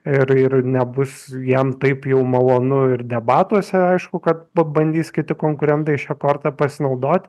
ir ir nebus jam taip jau malonu ir debatuose aišku kad pabandys kiti konkurentai šia korta pasinaudoti